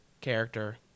character